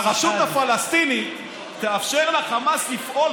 הוא אומר שהרשות הפלסטינית תאפשר לחמאס לפעול